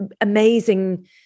amazing